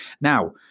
Now